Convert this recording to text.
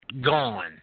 gone